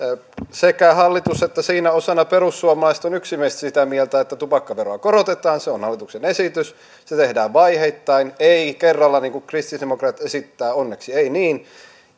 sekä hallitus että sen osana perussuomalaiset on yksimielisesti sitä mieltä että tupakkaveroa korotetaan se on hallituksen esitys se tehdään vaiheittain ei kerralla niin kuin kristillisdemokraatit esittää onneksi ei niin